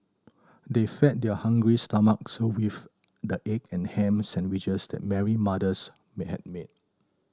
they fed their hungry stomachs with the egg and ham sandwiches that Mary mother's may had made